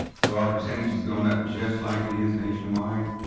so our percentage is going up just like it is nationwide.